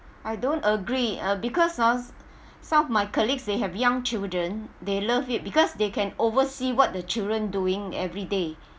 I don't agree uh because ah some of my colleagues they have young children they love it because they can oversee what the children doing every day